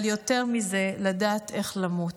אבל יותר מזה, לדעת איך למות.